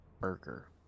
burger